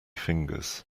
fingers